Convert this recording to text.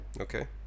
Okay